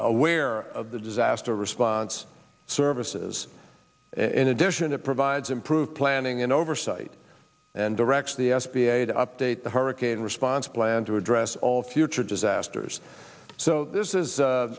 aware of the disaster response services in addition it provides improved planning and oversight and directs the s b a to update the hurricane response plan to address all future disasters so this is